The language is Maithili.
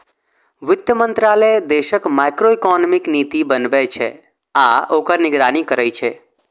वित्त मंत्रालय देशक मैक्रोइकोनॉमिक नीति बनबै छै आ ओकर निगरानी करै छै